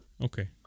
Okay